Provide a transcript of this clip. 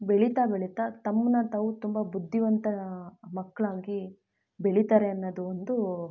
ಬೆಳೀತಾ ಬೆಳೀತಾ ತಮ್ಮನ್ನ ತಾವು ತುಂಬ ಬುದ್ಧಿವಂತ ಮಕ್ಕಳಾಗಿ ಬೆಳೀತಾರೆ ಅನ್ನೋದು ಒಂದು